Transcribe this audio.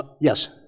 Yes